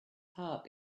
heart